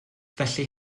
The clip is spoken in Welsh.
felly